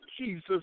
Jesus